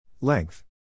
Length